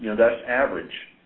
you know that's average.